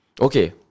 okay